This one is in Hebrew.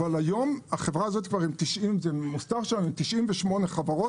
אבל היום היא עם 98 חברות.